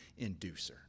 inducer